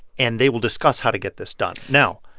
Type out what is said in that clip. and they will discuss how to get this done. now.